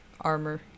armor